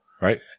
Right